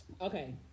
Okay